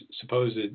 supposed